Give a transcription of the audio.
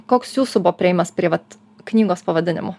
koks jūsų buvo priėjimas prie vat knygos pavadinimu